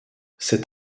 cet